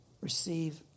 Receive